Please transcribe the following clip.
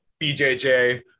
BJJ